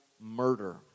murder